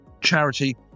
charity